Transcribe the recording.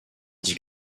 dits